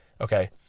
Okay